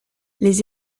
les